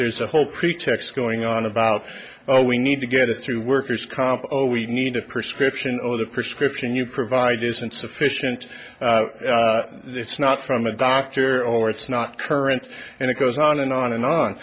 there's a whole pretext going on about oh we need to get it through workers comp oh we need a prescription or the prescription you provide isn't sufficient it's not from a doctor or it's not current and it goes on and on and on